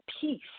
peace